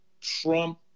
Trump